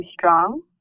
strong